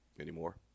anymore